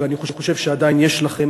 ואני חושב שעדיין יש לכם,